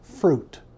fruit